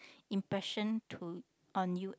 impression to on you